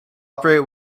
operate